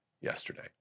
yesterday